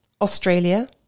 australia